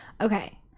okay